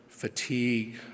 fatigue